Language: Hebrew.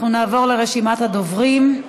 אנחנו נעבור לרשימת הדוברים.